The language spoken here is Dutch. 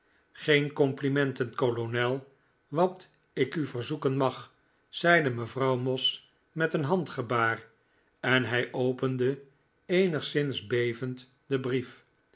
geen complimenten kolonel wat ik u verzoeken mag zeide mevrouw moss met een handgebaar en hij opende eenigszins bevend den brief